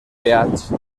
beach